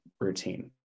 routine